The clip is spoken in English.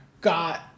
got